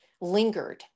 lingered